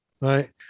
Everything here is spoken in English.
right